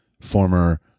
former